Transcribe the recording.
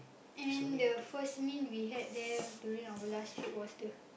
and the first meal we had there during our last trip was the